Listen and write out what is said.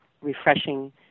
refreshing